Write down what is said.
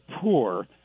poor